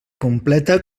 completa